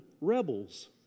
rebels